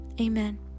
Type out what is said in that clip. Amen